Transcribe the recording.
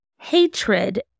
hatred